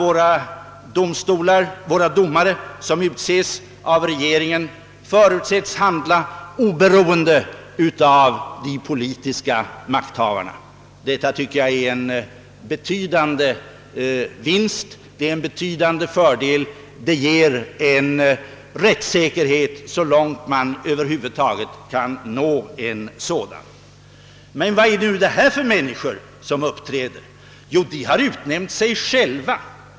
Våra domare, som utses av regeringen, förutsättes handla oberoende av de politiska makthavarna. Detta är, tycker jag, en betydande fördel och ger rättssäkerhet så långt man över huvud taget kan nå en sådan. Men vad är nu detta för människor som uppträder? De har utnämnt sig själva.